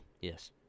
Yes